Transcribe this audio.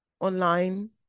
online